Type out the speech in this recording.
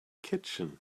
kitchen